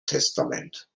testament